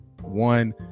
one